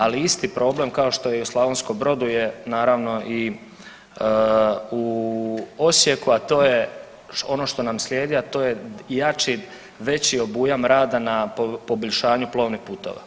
Ali isti problem kao što je i u Slavonskom Brodu je naravno i u Osijeku, a to je, ono što nam slijedi, a to je jači, veći obujam rada na poboljšanju plovnih putova.